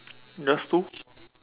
just two